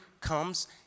comes